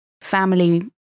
family